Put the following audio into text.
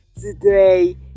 today